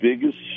biggest